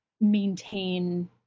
maintain